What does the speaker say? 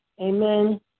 Amen